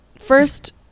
first